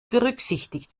berücksichtigt